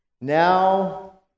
now